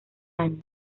años